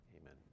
Amen